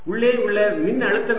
உள்ளே உள்ள மின்னழுத்தம் என்ன